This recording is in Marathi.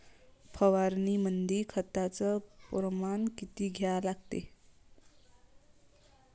फवारनीमंदी खताचं प्रमान किती घ्या लागते?